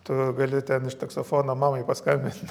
tu gali ten iš taksofono mamai paskambint